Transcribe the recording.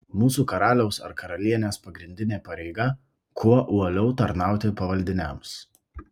mūsų karaliaus ar karalienės pagrindinė pareiga kuo uoliau tarnauti pavaldiniams